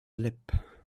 lip